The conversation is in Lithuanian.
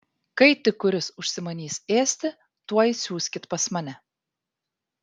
kai tik kuris užsimanys ėsti tuoj siųskit pas mane